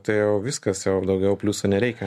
tai jau viskas daugiau pliusų nereikia